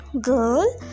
girl